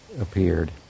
appeared